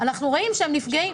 הן נפגעות.